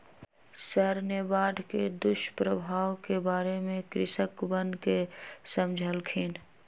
sir ने बाढ़ के दुष्प्रभाव के बारे में कृषकवन के समझल खिन